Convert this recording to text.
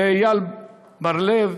ולאייל לב ארי,